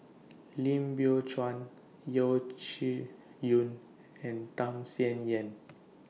Lim Biow Chuan Yeo Shih Yun and Tham Sien Yen